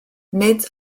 nid